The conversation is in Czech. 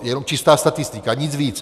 Jenom čistá statistika, nic víc.